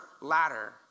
ladder